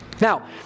Now